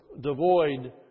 devoid